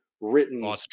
written